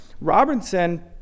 Robinson